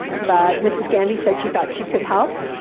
but mrs. gandhi said she thought she could help,